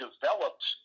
developed